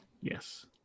yes